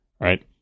Right